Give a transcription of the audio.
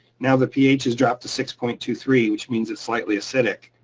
now, the ph has dropped to six point two three, which means it's slightly acidic.